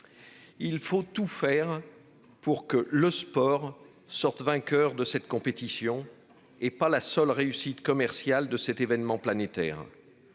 Il faut tout faire pour que le sport sorte vainqueur de cette compétition, bien au-delà de la seule réussite commerciale de cet événement planétaire.